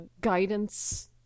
guidance